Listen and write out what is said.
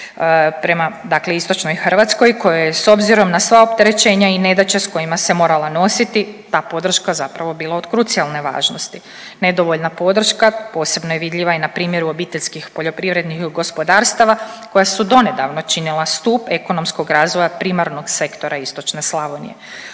dakle istočnoj Hrvatskoj koja je, s obzirom na sva opterećenja i nedaće s kojima se morala nositi ta podrška zapravo bila od krucijalne važnosti. Nedovoljna podrška posebno je vidljiva i na primjeru OPG-ova koja su donedavno činila stup ekonomskog razvoja primarnog sektora istočne Slavonije.